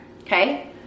okay